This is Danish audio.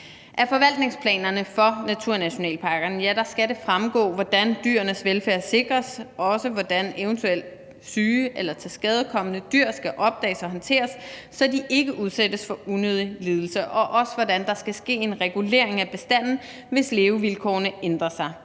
Af forvaltningsplanerne for nationalparkerne skal det fremgå, hvordan dyrenes velfærd sikres og også, hvordan eventuelt syge eller tilskadekomne dyr skal opdages og håndteres, så de ikke udsættes for unødige lidelser, og også, hvordan der skal ske en regulering af bestanden, hvis levevilkårene ændrer sig.